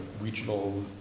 regional